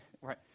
right